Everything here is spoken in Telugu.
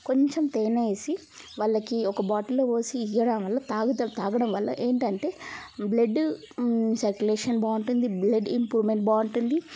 కొంచెం తేనె వేసి వాళ్ళకి ఒక బాటిల్లో పోసి ఇవ్వడం వల్ల తాగుతారు తాగడం వల్ల ఏంటంటే బ్లడ్ సర్కులేషన్ బాగుంటుంది బ్లడ్ ఇంప్రూవ్మెంట్ బాగుంటుంది